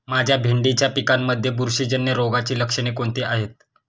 माझ्या भेंडीच्या पिकामध्ये बुरशीजन्य रोगाची लक्षणे कोणती आहेत?